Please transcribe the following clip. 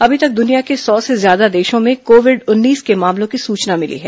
अभी तक दुनिया के सौ से ज्यादा देशों में कोविड उन्नीस के मामलों की सुचना मिली है